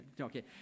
Okay